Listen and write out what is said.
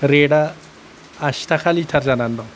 रेटआ आसि टाखा लिटार जानानै दं